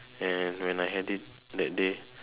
and when I had it that day